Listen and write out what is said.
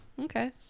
okay